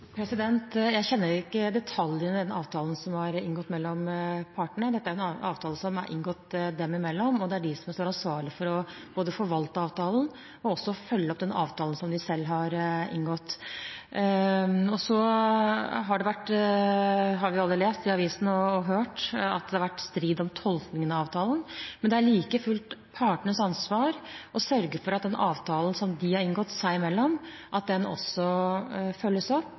Jeg kjenner ikke detaljene i avtalen som er inngått mellom partene. Dette er en avtale som er inngått dem imellom, og det er de som står ansvarlig for både å forvalte avtalen og følge opp avtalen som de selv har inngått. Vi har alle lest i avisene og hørt at det har vært strid om tolkningen av avtalen. Men det er like fullt partenes ansvar å sørge for at avtalen som de har inngått seg imellom, følges opp på riktig måte. Den